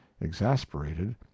exasperated